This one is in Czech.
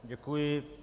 Děkuji.